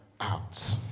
out